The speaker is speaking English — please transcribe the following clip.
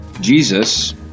Jesus